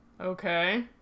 Okay